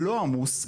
לא עמוס,